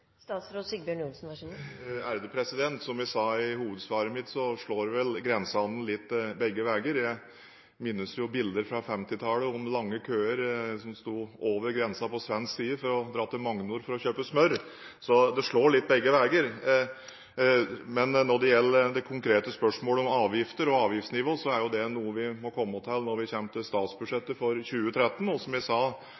Som jeg sa i hovedsvaret mitt, slår vel grensehandelen litt begge veier. Jeg minnes jo bilder fra 1950-tallet av lange køer som sto over grensen på svensk side for å dra til Magnor for å kjøpe smør, så det slår litt begge veier. Men når det gjelder det konkrete spørsmålet om avgifter og avgiftsnivå, er det noe vi må komme tilbake til når vi kommer til